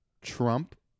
Trump